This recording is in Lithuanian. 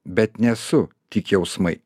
bet nesu tik jausmai